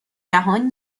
جهان